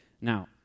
Now